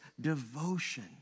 devotion